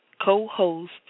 co-host